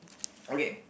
okay